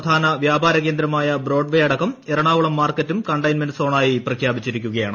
പ്രധാന വ്യാപാര കേന്ദ്രമായ ബ്രോഡ്വേ അടക്കം എറണാകുളം മാർക്കറ്റും കണ്ടെയ്ൻമെന്റ് സോണായി പ്രഖ്യാപിച്ചിരിക്കുകയാണ്